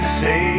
say